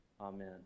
Amen